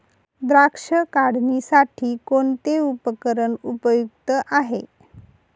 द्राक्ष काढणीसाठी कोणते उपकरण उपयुक्त आहे?